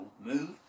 move